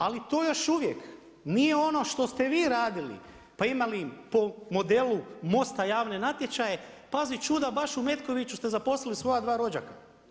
Ali to još uvijek nije ono što ste vi radili pa imali po modelu MOST-a javne natječaje, pazi čuda, baš u Metkoviću ste zaposlili svoja dva rođaka.